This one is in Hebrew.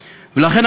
לכן,